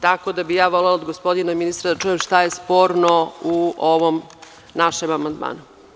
Tako da bihja volela od gospodina ministra da čujem šta je sporno u ovom našem amandmanu?